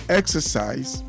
exercise